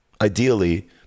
ideally